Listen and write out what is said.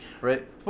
right